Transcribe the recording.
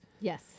Yes